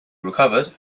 recovered